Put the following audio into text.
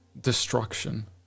destruction